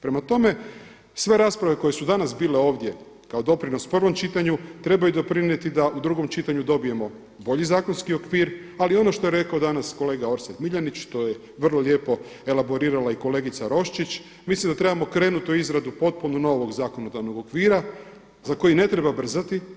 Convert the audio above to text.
Prema tome, sve rasprave koje su danas bile ovdje kao doprinos prvom čitanju trebaju doprinijeti da u drugom čitanju dobijemo bolji zakonski okvir ali ono što je rekao danas kolega Orsat Miljenić, to je vrlo lijepo elaborirala i kolegica Roščić, mislim da trebamo krenuti u izradu potpuno novog zakonodavnog okvira za koji ne treba brzati.